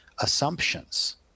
assumptions